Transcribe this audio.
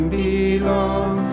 belong